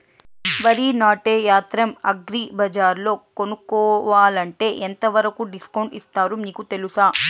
వరి నాటే యంత్రం అగ్రి బజార్లో కొనుక్కోవాలంటే ఎంతవరకు డిస్కౌంట్ ఇస్తారు మీకు తెలుసా?